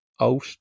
Out